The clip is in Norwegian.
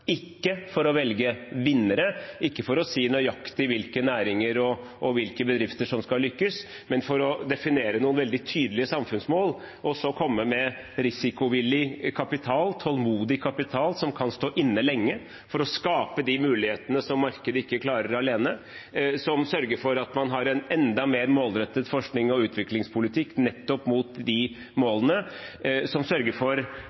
ikke for å velge vinnere, ikke for å si nøyaktig hvilke næringer og hvilke bedrifter som skal lykkes, men for å definere noen veldig tydelige samfunnsmål, og så komme med risikovillig og tålmodig kapital, som kan stå inne lenge for å skape de mulighetene som markedet ikke klarer alene, som sørger for at man har en enda mer målrettet forskning og utviklingspolitikk nettopp mot de målene, og som sørger for